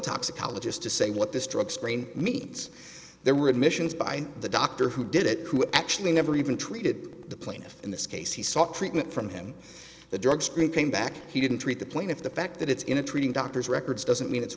toxicologist to say what this drug screen means there were admissions by the doctor who did it who actually never even treated the plaintiff in this case he sought treatment from him the drug screen came back he didn't treat the plaintiff the fact that it's in a treating doctor's records doesn't mean it's